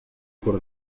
por